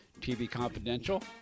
tvconfidential